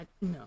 No